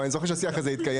אבל אני זוכר שהשיח הזה התקיים.